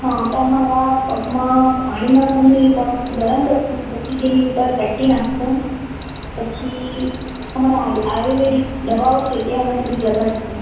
હા તમારા પગમાં પાણીમાં મૂકી પગ ગરમ કરશે પછી તેની ઉપર પટ્ટી નાખશે પછી અમારા આયુ આયુર્વેદિક દવાઓ છે તે અમે થોડીક લગાડશું